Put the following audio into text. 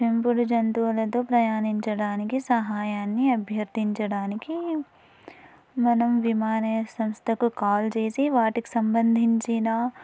పెంపుడు జంతువులతో ప్రయాణించడానికి సహాయాన్ని అభ్యర్థించడానికి మనం విమానయ సంస్థకు కాల్ చేసి వాటికి సంబంధించినా